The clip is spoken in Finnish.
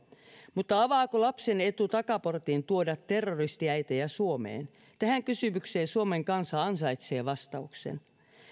mutta avaako lapsen etu takaportin tuoda terroristiäitejä suomeen tähän kysymykseen suomen kansa ansaitsee vastauksen